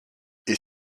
est